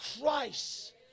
Christ